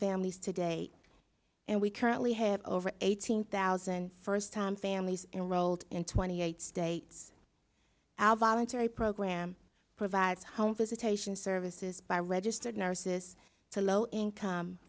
families today and we currently have over eighteen thousand first time families and rolled in twenty eight states our voluntary program provides home visitation services by registered nurses to low income